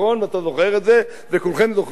אתה זוכר את זה וכולכם זוכרים,